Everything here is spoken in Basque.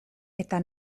eta